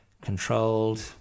controlled